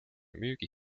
müügi